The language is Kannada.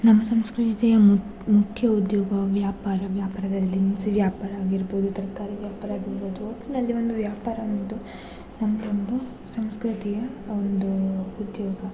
ನಮ್ಮ ಸಂಸ್ಕೃತಿಯ ಮುಖ್ಯ ಉದ್ಯೋಗ ವ್ಯಾಪಾರ ವ್ಯಾಪಾರದಲ್ಲಿ ದಿನಸಿ ವ್ಯಾಪಾರ ಆಗಿರ್ಬೋದು ತರಕಾರಿ ವ್ಯಾಪಾರ ಆಗಿರ್ಬೋದು ಒಟ್ಟಿನಲ್ಲಿ ಒಂದು ವ್ಯಾಪಾರ ಒಂದು ನಮ್ಮದೊಂದು ಸಂಸ್ಕೃತಿಯ ಒಂದು ಉದ್ಯೋಗ